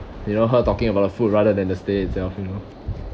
you know her talking about the food rather than the stay itself you know